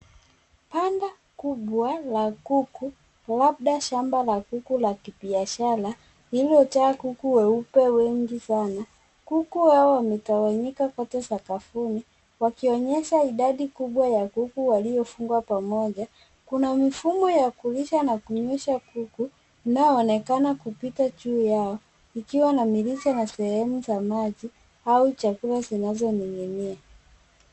Banda kubwa la kuku, labda shamba la kuku la kibiashara lililojaa kuku weupe wengi sana. Kuku hawa wametawanyika kote sakafuni wakionyesha idadi kubwa ya kuku waliofungwa pamoja. Kuna mifumo ya kulisha na kunywesha kuku inayoonekana kupita juu yao ikiwa na mirija na sehemu za maji au chakula zinazoning'inia.